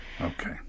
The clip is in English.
Okay